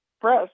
press